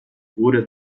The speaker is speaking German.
wurde